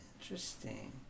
Interesting